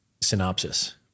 synopsis